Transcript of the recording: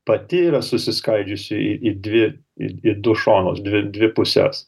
pati yra susiskaidžiusi į į dvi į į du šonus dvi dvi puses